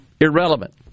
irrelevant